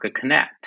Connect